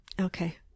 okay